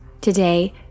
Today